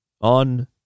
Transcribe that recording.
on